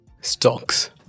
Stocks